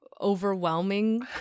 overwhelming